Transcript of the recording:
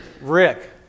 Rick